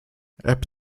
app